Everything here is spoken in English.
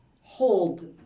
hold